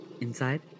inside